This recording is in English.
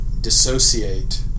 dissociate